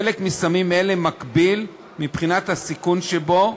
חלק מסמים אלה מקביל, מבחינת הסיכון שבו,